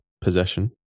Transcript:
possession